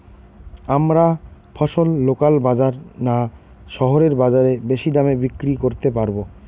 আমরা ফসল লোকাল বাজার না শহরের বাজারে বেশি দামে বিক্রি করতে পারবো?